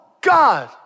God